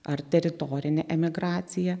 ar teritorinė emigracija